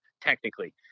technically